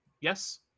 yes